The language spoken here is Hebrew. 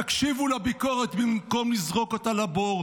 תקשיבו לביקורת במקום לזרוק אותה לבור.